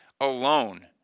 alone